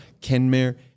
Kenmare